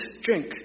drink